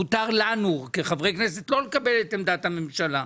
ומותר לנו כחברי כנסת לא לקבל את עמדת הממשלה,